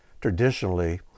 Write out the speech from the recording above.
Traditionally